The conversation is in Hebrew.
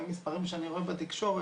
לפי המספרים שאני רואה בתקשורת.